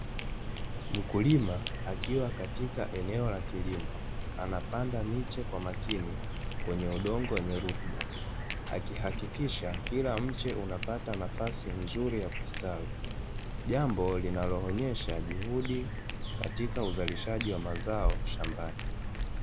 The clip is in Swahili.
Mkulima akiwa katika eneo la kilimo, anapanda miche kwa makini kwenye udongo wenye rutuba, akihakikisha kila mche unapata nafasi nzuri ya kustawi. Jambo linaloonyesha juhudi katika uzalishaji wa mazao shambani.